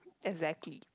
exactly